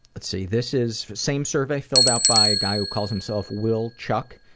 let's see, this is same survey filled out by a guy who calls himself will chuck.